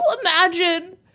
imagine